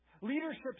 Leadership